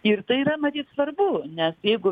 ir tai yra matyt svarbu nes jeigu